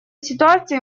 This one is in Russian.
ситуации